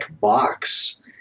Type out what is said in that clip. box